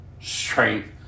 strength